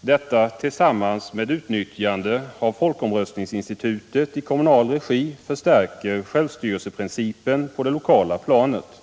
Detta tillsammans med utnyttjande av folkomröstningsinstitutet i kommunal regi förstärker självstyrelseprincipen på det lokala planet.